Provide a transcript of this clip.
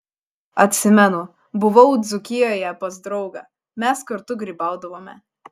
atsimenu buvau dzūkijoje pas draugą mes kartu grybaudavome